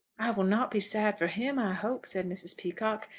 will not be sad for him, i hope, said mrs. peacocke.